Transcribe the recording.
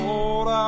Lord